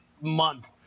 month